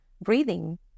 breathing